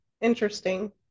interesting